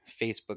Facebook